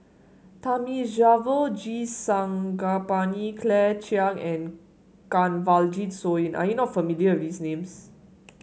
Thamizhavel G Sarangapani Claire Chiang and Kanwaljit Soin are you not familiar with these names